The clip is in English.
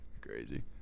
crazy